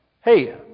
hey